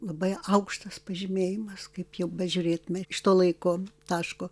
labai aukštas pažymėjimas kaip jau bežiūrėtume iš to laiko taško